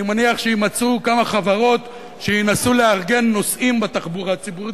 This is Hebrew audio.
אני מניח שיימצאו כמה חברות שינסו לארגן נוסעים בתחבורה הציבורית,